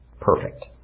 perfect